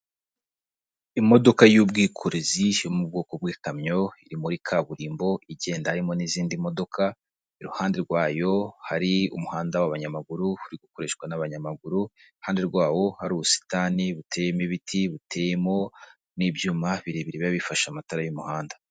Imodoka y'ubwikorezi yo mu bwoko bw'ikamyo iri muri kaburimbo igenda harimo n'izindi modoka, iruhande rwayo hari umuhanda w'abanyamaguru uri gukoreshwa n'abanyamaguru, iruhande rwawo hari ubusitani buteyemo ibiti, buteyemo n'ibyuma birebire biba bifashe amatara y'umuhanda.